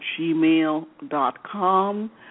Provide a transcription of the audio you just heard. gmail.com